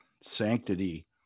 sanctity